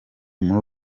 muri